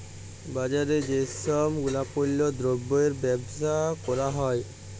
বাজারে যেই সব গুলাপল্য দ্রব্যের বেবসা ক্যরা হ্যয়